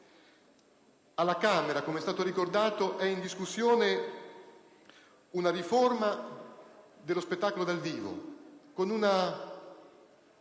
deputati, com'è stato ricordato, è in discussione una riforma dello spettacolo dal vivo, con una